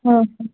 okay